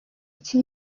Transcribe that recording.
iki